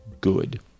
good